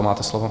Máte slovo.